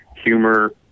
humor